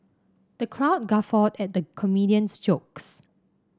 the crowd guffawed at the comedian's jokes